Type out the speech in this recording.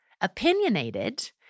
opinionated